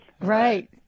Right